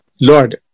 Lord